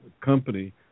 company